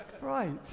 right